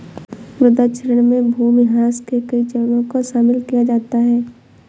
मृदा क्षरण में भूमिह्रास के कई चरणों को शामिल किया जाता है